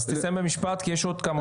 אז תסיים במשפט, כי יש עוד כמה.